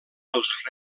pels